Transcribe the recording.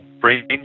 brain